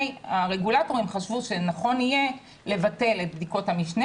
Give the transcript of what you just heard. הרגולטורים חשבו שנכון יהיה לבטל את בדיקת המשנה